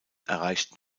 erreichten